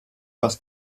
was